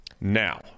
Now